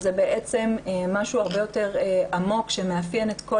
שזה בעצם משהו הרבה יותר עמוק שמאפיין את כל